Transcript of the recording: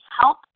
help